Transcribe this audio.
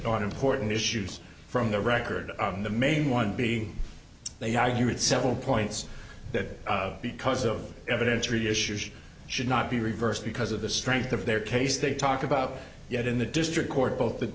n important issues from the record the main one being they argued several points that because of evidence reassures should not be reversed because of the strength of their case they talk about yet in the district court both the